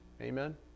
Amen